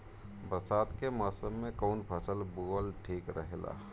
बरसात के मौसम में कउन फसल बोअल ठिक रहेला?